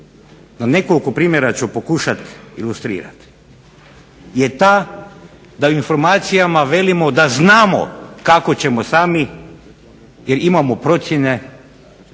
na nekoliko primjera ću pokušati ilustrirati je ta da informacijama kažemo sami jer imamo procjene